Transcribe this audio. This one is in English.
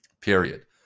period